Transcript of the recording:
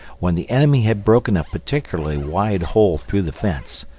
when the enemy had broken a particularly wide hole through the fence,